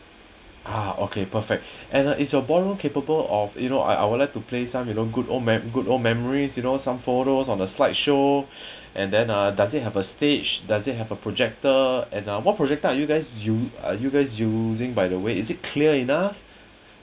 ah okay perfect and uh is your ballroom capable of you know I I would like to play some you know good old mem~ good old memories you know some photos on the slide show and then uh does it have a stage does it have a projector and ah what project are you guys use uh you guys using by the way is it clear enough